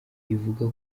ivuga